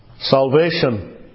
Salvation